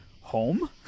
home